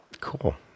Cool